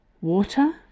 Water